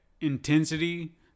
intensity